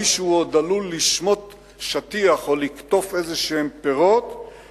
מישהו עוד עלול לשמוט שטיח או לקטוף פירות כלשהם,